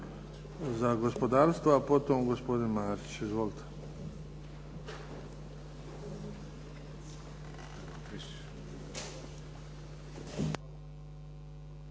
za gospodarstvo, a potom gospodin Marić. Izvolite.